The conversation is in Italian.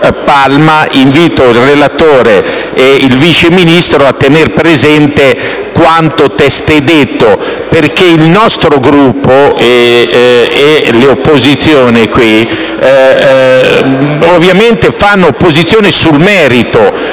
Palma, invito il relatore e il vice Ministro a tenere presente questa osservazione, perché il mio Gruppo e le opposizioni ovviamente facciamo opposizione sul merito,